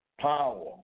power